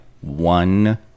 one